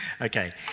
Okay